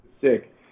Sick